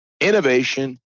innovation